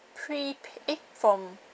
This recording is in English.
prepa~ eh from